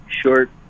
short